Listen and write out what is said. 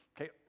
Okay